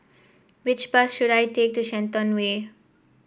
which bus should I take to Shenton Way